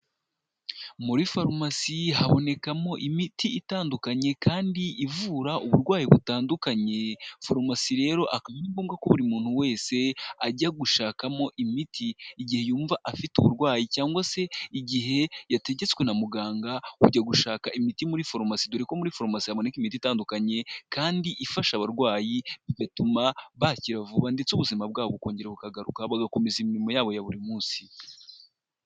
Muri farumasi, habonekamo imiti itandukanye kandi ivura uburwayi butandukanye, farumasi rero akaba aringombwa ko buri muntu wese ajya gushakamo imiti igihe yumva afite uburwayi cyangwa se igihe yategetswe na muganga kujya gushaka imiti muri farumasi, dore ko muri faromasi habonekamo imiti itandukanye kandi ifasha abarwayi bituma bakira vuba ndetse ubuzima bwabo bukongera kukagaruka bagakomeza imirimo yabo ya buri munsi.